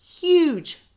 huge